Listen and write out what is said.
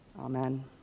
Amen